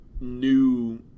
new